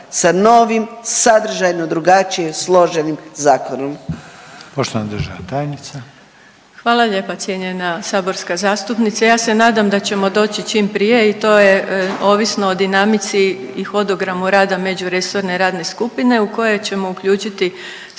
sa novim sadržajno drugačijim složenim zakonom?